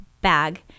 bag